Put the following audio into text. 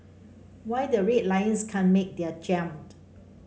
why the Red Lions can't make their jump